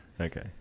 Okay